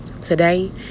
Today